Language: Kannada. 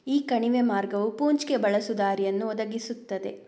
ಈ ಕಣಿವೆ ಮಾರ್ಗವು ಪೂಂಚ್ಗೆ ಬಳಸುದಾರಿಯನ್ನು ಒದಗಿಸುತ್ತದೆ